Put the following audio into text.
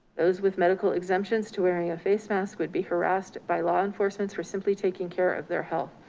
those with medical exemptions to wearing a face mask would be harassed by law enforcement for simply taking care of their health.